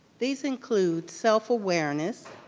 these include self-awareness,